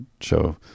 show